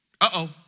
Uh-oh